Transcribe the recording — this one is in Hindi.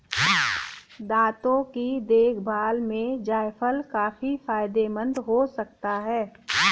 दांतों की देखभाल में जायफल काफी फायदेमंद हो सकता है